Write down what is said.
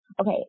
okay